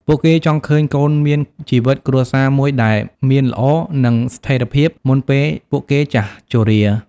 ពួកគេចង់ឃើញកូនមានជីវិតគ្រួសារមួយដែលមានល្អនឹងស្ថិរភាពមុនពេលពួកគេចាស់ជរា ។